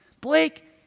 Blake